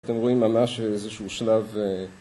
אתם רואים ממש איזשהו שלב...